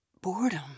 boredom